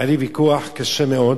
היה לי ויכוח קשה מאוד